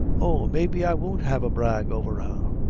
oh, may be i won't have a brag over her!